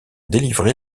délivrer